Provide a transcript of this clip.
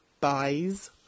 buys